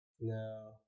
No